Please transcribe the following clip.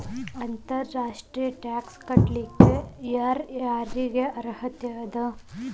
ಅಂತರ್ ರಾಷ್ಟ್ರೇಯ ಟ್ಯಾಕ್ಸ್ ಕಟ್ಲಿಕ್ಕೆ ಯರ್ ಯಾರಿಗ್ ಅರ್ಹತೆ ಅದ?